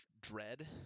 dread